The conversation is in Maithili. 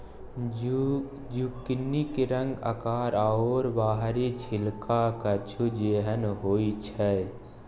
जुकिनीक रंग आकार आओर बाहरी छिलका कद्दू जेहन होइत छै